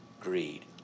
greed